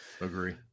agree